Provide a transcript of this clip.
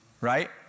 right